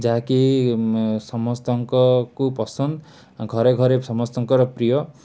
ଯାହାକି ସମସ୍ତଙ୍କୁ ପସନ୍ଦ ଘରେ ଘରେ ସମସ୍ତଙ୍କର ପ୍ରିୟ